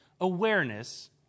awareness